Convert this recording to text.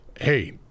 hey